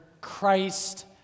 Christ